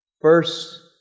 First